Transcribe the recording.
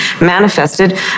manifested